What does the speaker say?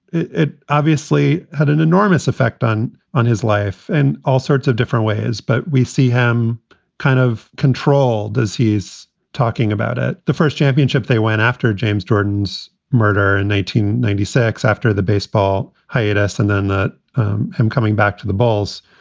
it it obviously had an enormous effect on on his life and all sorts of different ways. but we see him kind of control does. he's talking about it. the first championship they went after james jordan's murder in nineteen ninety six after the baseball hiatus, and then that him coming back to the balls.